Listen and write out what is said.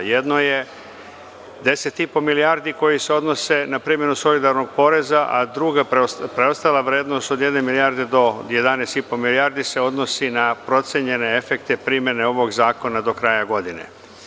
Jedno je 10,5 milijardi koji se odnose na primenu solidarnog poreza, a druga preostala vrednost od jedne milijarde do 11,5 milijardi se odnosi na procenjene efekte primene ovog zakona do kraja godine.